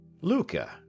Luca